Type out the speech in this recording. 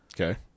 Okay